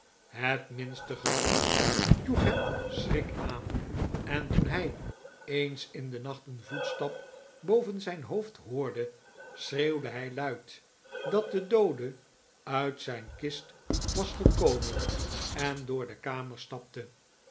het minste gerucht joeg hem schrik aan en toen hij eens in den nacht een voetstap boven zijn hoofd hoorde schreeuwde hij luid dat de doode uit zijn kist was gekomen en door de kamer stapte